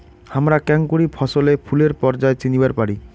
হামরা কেঙকরি ফছলে ফুলের পর্যায় চিনিবার পারি?